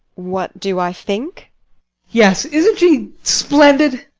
what do i think yes isn't she splendid?